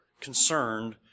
concerned